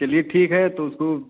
चलिए ठीक है तो उसको